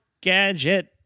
gadget